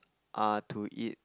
uh to eat